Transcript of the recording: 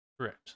Correct